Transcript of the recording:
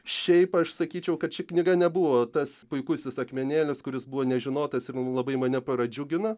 šiaip aš sakyčiau kad ši knyga nebuvo tas puikusis akmenėlis kuris buvo nežinotas labai mane pradžiugina